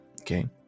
okay